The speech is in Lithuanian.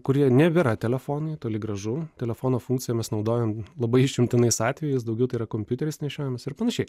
kurie nebėra telefonai toli gražu telefono funkciją mes naudojam labai išimtinais atvejais daugiau tai yra kompiuteris nešiojamas ir panašiai